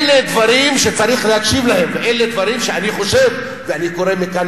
אלה דברים שצריך להקשיב להם ואלה דברים שאני חושב ואני קורא מכאן,